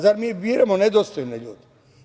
Zar mi biramo nedostojne ljude?